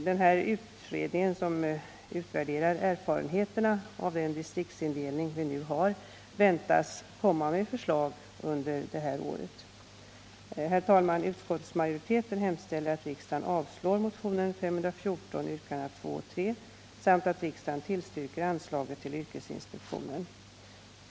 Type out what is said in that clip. Denna utredning, som utvärderar erfarenheterna av den distriktsindelning vi nu har, väntas komma med förslag under innevarande år. Herr talman! Utskottets majoritet hemställer att riksdagen avslår motionen S14, yrkandena 2 och 3, samt att riksdagen bifaller anslaget till yrkesinspektionen.